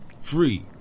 Free